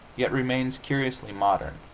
yet remains curiously modern.